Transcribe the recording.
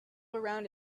around